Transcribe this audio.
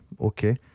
okay